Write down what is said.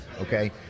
Okay